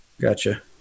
Gotcha